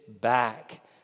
back